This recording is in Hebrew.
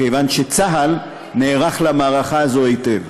כיוון שצה"ל נערך למערכה הזאת היטב.